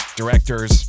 directors